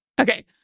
Okay